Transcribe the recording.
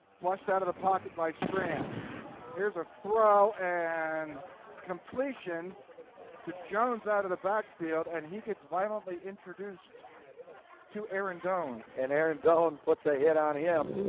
flushed out of the pocket by strand heres a throw and completion to jones out of the backfield and he gets violently introduced to aaron doon. and aaron doon puts a hit on him